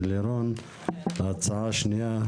הצעות לאכרזות,